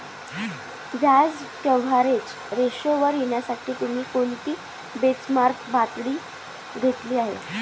व्याज कव्हरेज रेशोवर येण्यासाठी तुम्ही कोणती बेंचमार्क पातळी घेतली आहे?